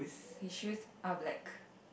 his shoes are black